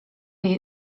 jej